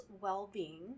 well-being